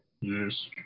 Yes